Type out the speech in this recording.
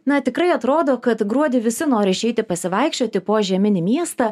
na tikrai atrodo kad gruodį visi nori išeiti pasivaikščioti po žieminį miestą